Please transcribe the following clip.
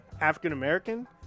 African-American